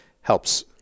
helps